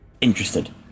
interested